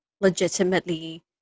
legitimately